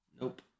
nope